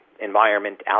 environment